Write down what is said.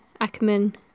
Ackerman